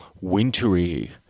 wintry